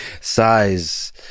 Size